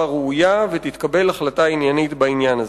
ראויה ותתקבל החלטה עניינית בעניין הזה.